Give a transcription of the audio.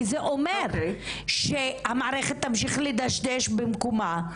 כי זה אומר שהמערכת תמשיך לדשדש במקומה,